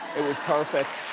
it was perfect.